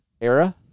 era